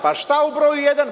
Pa šta u broju jedan?